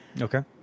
Okay